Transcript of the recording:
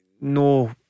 no